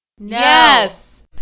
Yes